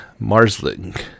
Marsling